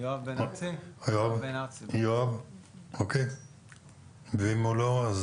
בזום לא עונה.